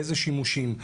באיזה שימושים,